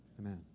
Amen